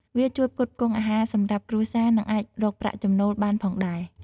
វាជួយផ្គត់ផ្គង់អាហារសម្រាប់គ្រួសារ និងអាចរកប្រាក់ចំណូលបានផងដែរ។